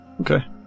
Okay